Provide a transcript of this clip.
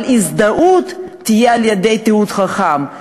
אבל ההזדהות תהיה על ידי תיעוד חכם,